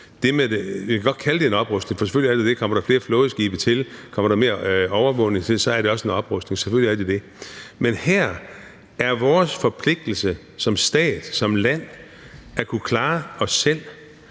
vi godt kalde det en oprustning, for selvfølgelig er det det: Kommer der flere flådeskibe til, kommer der mere overvågning til, så er det også en oprustning. Selvfølgelig er det det. Men her er vores forpligtelse som stat, som land, at kunne klare os selv,